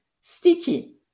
sticky